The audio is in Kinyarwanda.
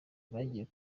bagiye